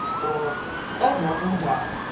or over and down.